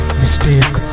mistake